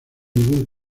ningún